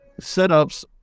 setups